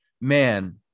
Man